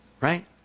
Right